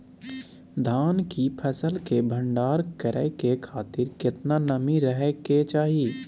धान की फसल के भंडार करै के खातिर केतना नमी रहै के चाही?